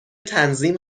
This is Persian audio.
تنظیم